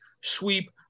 sweep